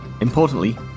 Importantly